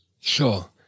Sure